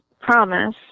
Promise